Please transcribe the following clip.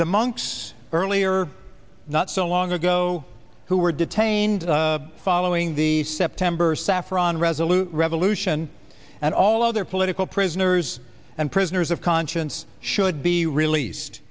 the monks earlier not so long ago who were detained following the september saffron resolute revolution and all of their political prisoners and prisoners of conscience should be released